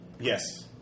yes